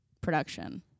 production